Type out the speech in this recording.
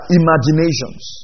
imaginations